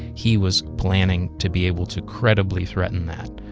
he was planning to be able to credibly threaten that.